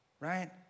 right